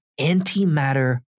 Antimatter